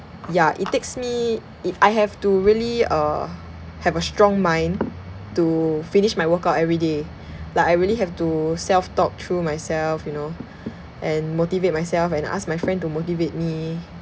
ya it takes me i~ I have to really uh have a strong mind to finish my workout every day like I really have to self talk through myself you know and motivate myself and ask my friend to motivate me